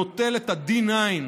נוטל את ה-D9,